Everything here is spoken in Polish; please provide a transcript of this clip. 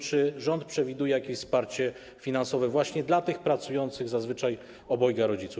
Czy rząd przewiduje jakieś wsparcie finansowe właśnie dla tych pracujących zazwyczaj obojga rodziców?